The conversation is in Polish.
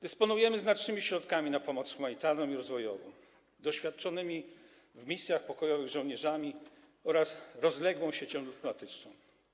Dysponujemy znacznymi środkami na pomoc humanitarną i rozwojową, doświadczonymi w misjach pokojowych żołnierzami oraz rozległą siecią dyplomatyczną.